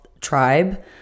tribe